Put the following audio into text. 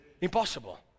Impossible